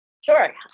Sure